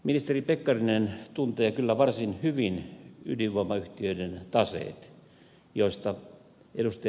ministeri pekkarinen tuntee kyllä varsin hyvin ydinvoimayhtiöiden taseet joista ed